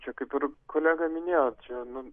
čia kaip ir kolega minėjo čia nu